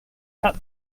cut